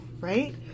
Right